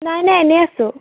নাই নাই এনেই আছোঁ